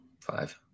Five